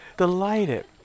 delighted